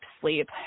sleep